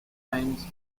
times